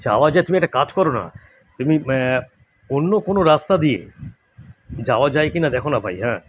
আচ্ছা আমি বলছি তুমি একটা কাজ করো না তুমি অন্য কোনো রাস্তা দিয়ে যাওয়া যায় কি না দেখো না ভাই হ্যাঁ